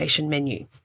menu